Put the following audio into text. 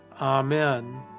Amen